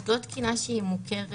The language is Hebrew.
היא לא תקינה שמוכרת.